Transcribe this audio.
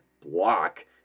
block